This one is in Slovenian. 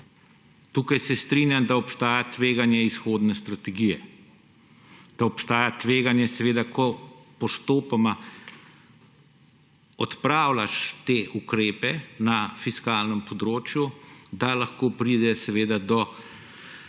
Tukaj se strinjam, da obstaja tveganje izhodne strategije, da obstaja tveganje, ko postopoma odpravljaš te ukrepe na fiskalnem področju, da lahko pride do sprememb